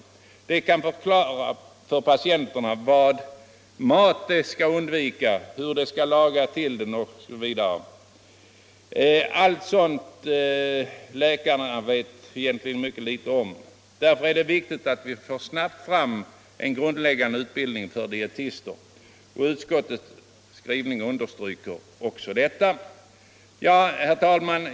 Dietisterna kan förklara för patienterna vilken mat de skall undvika, hur de skall laga till maten osv. — allt sådant som läkarna egentligen vet mycket litet om. Därför är det viktigt att vi snabbt får fram en grundläggande utbildning för dietister, och utskottets skrivning understryker också detta. Herr talman!